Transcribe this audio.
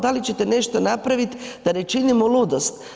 Da li ćete nešto napraviti da ne činimo ludost.